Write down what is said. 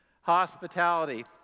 Hospitality